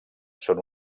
són